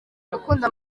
gukunda